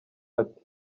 ati